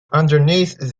underneath